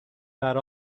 that